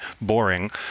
boring